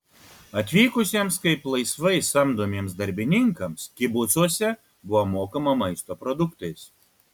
atvykusiems kaip laisvai samdomiems darbininkams kibucuose buvo mokama maisto produktais